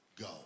go